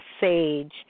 sage